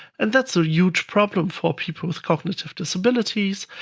and that's a huge problem for people with cognitive disabilities,